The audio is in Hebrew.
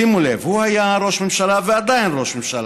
שימו לב, הוא היה ראש ממשלה ועדיין ראש ממשלה,